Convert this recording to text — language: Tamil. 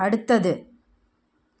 அடுத்தது